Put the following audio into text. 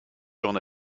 j’en